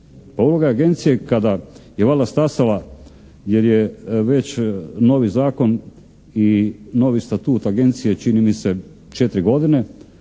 uloga Agencije kada je valjda stasala jer je već novi zakon i novi statut Agencije čini mi se 4 godine,